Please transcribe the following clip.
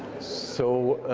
so